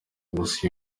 gusa